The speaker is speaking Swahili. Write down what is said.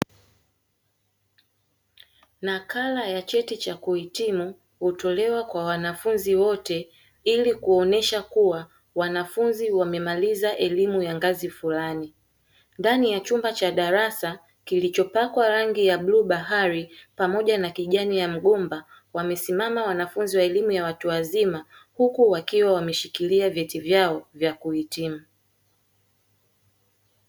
Nakala ya cheti cha kuhitimu hutolewa kwa wanafunzi wote ili kuonesha kuwa wanafunzi wamemaliza elimu ya ngazi fulani. Ndani ya chumba cha darasa kilichopakwa rangi ya bluu bahari pamoja na kijani ya mgomba, wamesimama wanafunzi wa elimu ya watu wazima, huku wakiwa wameshikilia vyeti vyao vya kuhitimu.